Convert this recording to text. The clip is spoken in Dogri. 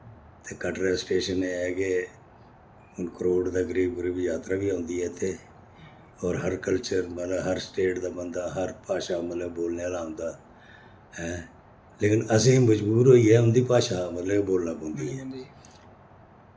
ते कटरै स्टेशन एह् ऐ के हून करोड़ दे करीब करीब जात्तरा बी औंदी ऐ इत्थै होर हर कल्चर मतलब हर स्टेट दा बंदा हर भाशा मतलब बोलने आह्ला औंदा ऐ लेकिन असें मजबूर होइयै उंदी भाशा मतलब बोलने पौंदी ऐ